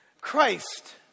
Christ